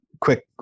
quick